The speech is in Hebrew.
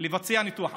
לבצע ניתוח,